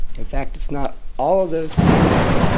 in fact, it's not all of those put together.